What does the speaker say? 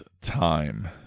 time